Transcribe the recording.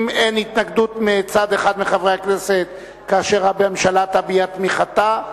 אם אין התנגדות מצד אחד מחברי הכנסת כאשר הממשלה תביע את תמיכתה,